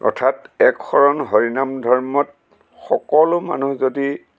অৰ্থাৎ একশৰণ হৰিনাম ধৰ্মত সকলো মানুহ যদি